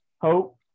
hope